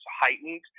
heightened